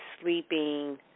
sleeping